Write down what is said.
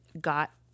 got